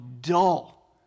dull